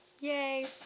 Yay